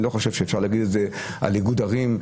אני לא חושב שאפשר להגיד את זה על איגוד ערים.